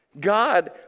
God